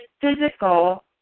physical